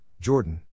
Jordan